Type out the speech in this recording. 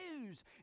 news